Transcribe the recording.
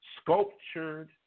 sculptured